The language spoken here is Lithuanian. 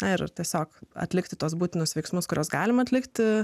ar tiesiog atlikti tuos būtinus veiksmus kuriuos galima atlikti